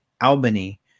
Albany